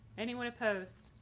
anyone opposed?